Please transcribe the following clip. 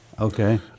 Okay